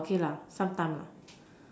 okay lah sometime lah